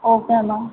okay ma'am